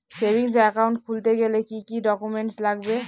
Savings account খুলতে গেলে কি কি ডকুমেন্টস লাগবে?